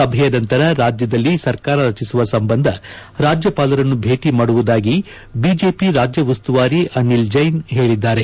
ಸಭೆಯ ನಂತರ ರಾಜ್ಯದಲ್ಲಿ ಸರ್ಕಾರ ರಚಿಸುವ ಸಂಬಂಧ ರಾಜ್ಯಪಾಲರನ್ನು ಭೇಟ ಮಾಡುವುದಾಗಿ ಬಿಜೆಪಿ ರಾಜ್ಜ ಉಸ್ತುವಾರಿ ಅನಿಲ್ ಜೈನ್ ಹೇಳಿದ್ದಾರೆ